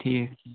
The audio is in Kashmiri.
ٹھیٖک